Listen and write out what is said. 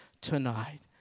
tonight